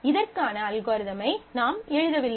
இதற்கான அல்காரிதமை நாம் எழுதவில்லை